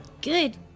Good